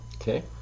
Okay